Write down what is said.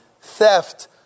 theft